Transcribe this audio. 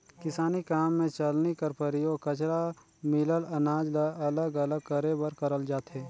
किसानी काम मे चलनी कर परियोग कचरा मिलल अनाज ल अलग अलग करे बर करल जाथे